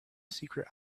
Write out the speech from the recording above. secret